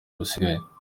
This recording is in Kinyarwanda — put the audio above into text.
busigaye